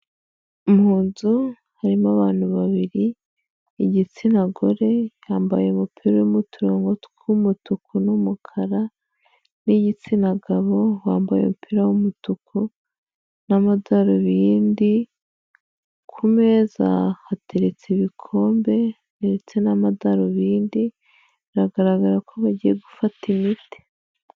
Mu nzu harimo abantu babiri, igitsina gore yambaye umupira urimo uturongo tw'umutuku n'umukara n'igitsina gabo wambaye umupira w'umutuku n'amadarubindi, ku meza hateretse ibikombe ndetse n'amadarubindi, biragaragara ko bagiye gufata imiti.